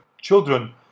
children